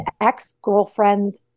ex-girlfriend's